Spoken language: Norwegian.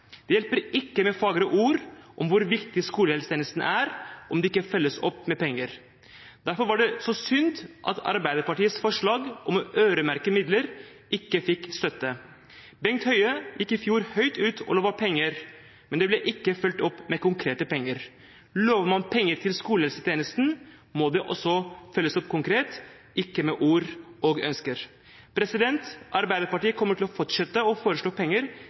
Det hjelper ikke med fagre ord om hvor viktig skolehelsetjenesten er om det ikke følges opp med penger. Derfor var det så synd at Arbeiderpartiets forslag om å øremerke midler ikke fikk støtte. Bent Høie gikk i fjor høyt ut og lovet penger, men det ble ikke fulgt opp med konkrete penger. Lover man penger til skolehelsetjenesten, må det også følges opp konkret – ikke med ord og ønsker. Arbeiderpartiet kommer til å fortsette med å foreslå å bevilge penger